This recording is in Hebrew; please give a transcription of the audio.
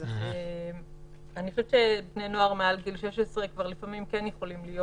אבל אני חושבת שבני נוער מעל גיל 16 לפעמים כן יכולים להיות.